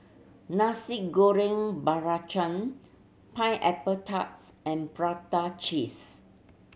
Nasi Goreng Belacan pineapple tarts and prata cheese